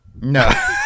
No